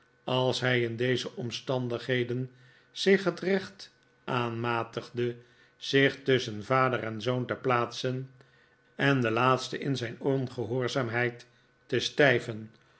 als hij in deze omstandigheden zich het recht aanmatigde zich tusschen vader en zoon te plaatsen en den laatsten in zijn ongehoorzaamheid te stijven